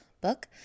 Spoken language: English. book